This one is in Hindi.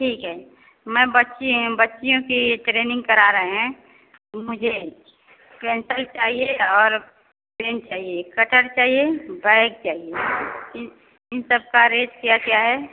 ठीक है मैं बच्ची बच्चियों की ट्रेनिंग करा रहे हैं मुझे पेन्सल चाहिए और पेन चाहिए कटर चाहिए बैग चाहिए इन इन सबका रेट क्या क्या है